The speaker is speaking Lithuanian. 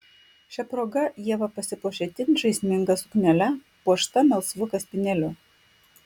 šia proga ieva pasipuošė itin žaisminga suknele puošta melsvu kaspinėliu